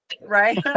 right